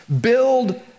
build